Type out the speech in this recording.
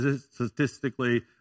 statistically